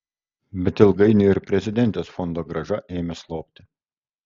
bet ilgainiui ir prezidentės fondogrąža ėmė slopti